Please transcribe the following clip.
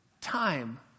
time